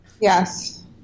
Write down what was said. Yes